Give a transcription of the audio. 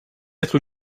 être